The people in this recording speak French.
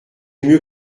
mieux